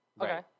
Okay